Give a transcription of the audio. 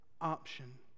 option